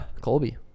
Colby